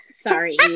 Sorry